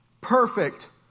perfect